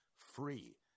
Free